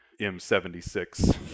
m76